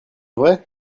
vrai